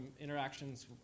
interactions